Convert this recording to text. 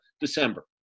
December